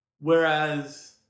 Whereas